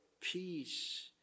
peace